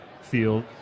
field